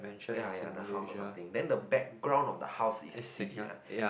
ya ya the house or something then the background of the house is C_G_I